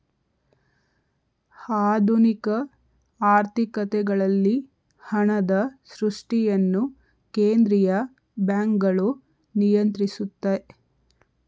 ಆಧುನಿಕ ಆರ್ಥಿಕತೆಗಳಲ್ಲಿ ಹಣದ ಸೃಷ್ಟಿಯನ್ನು ಕೇಂದ್ರೀಯ ಬ್ಯಾಂಕ್ಗಳು ನಿಯಂತ್ರಿಸುತ್ತೆ